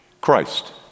Christ